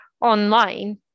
online